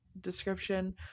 description